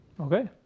Okay